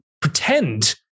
pretend